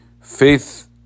faith